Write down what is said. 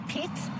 Pete